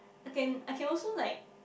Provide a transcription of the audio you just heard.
I can I can also like